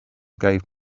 gave